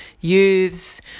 youths